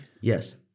Yes